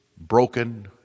broken